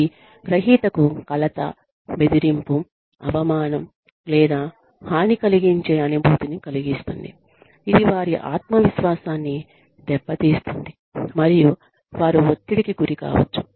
ఇది గ్రహీతకు కలత బెదిరింపు అవమానం లేదా హాని కలిగించే అనుభూతిని కలిగిస్తుంది ఇది వారి ఆత్మవిశ్వాసాన్ని దెబ్బతీస్తుంది మరియు వారు ఒత్తిడికి గురి కావచ్చు